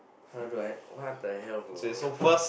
how do I what the hell bro